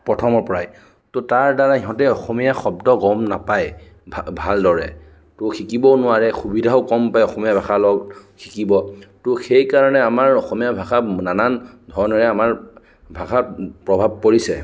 প্ৰথমৰ পৰাই ত' তাৰ দ্বাৰা সিহঁতে অসমীয়া শব্দ গম নাপায় ভা ভালদৰে ত' শিকিবও নোৱাৰে সুবিধাও কম পায় অসমীয়া ভাষা লগত শিকিব ত' সেইকাৰণে আমাৰ অসমীয়া ভাষা নানান ধৰণেৰে আমাৰ ভাষা প্ৰভাৱ পৰিছে